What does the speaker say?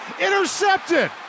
intercepted